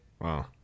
Wow